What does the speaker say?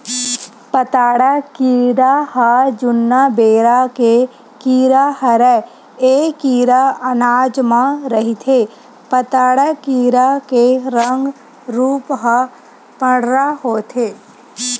पताड़ा कीरा ह जुन्ना बेरा के कीरा हरय ऐ कीरा अनाज म रहिथे पताड़ा कीरा के रंग रूप ह पंडरा होथे